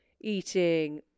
eating